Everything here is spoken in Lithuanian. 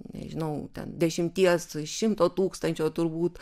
nežinau ten dešimties šimto tūkstančių turbūt